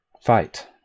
fight